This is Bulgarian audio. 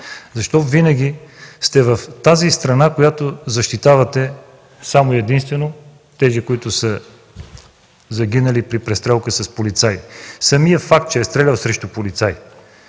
Защо винаги сте на страната, която защитава само и единствено тези, които са загинали при престрелка с полицаи? Самият факт, че е стрелял срещу полицай,